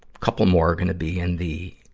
couple more are gonna be in the,